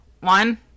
One